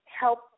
Help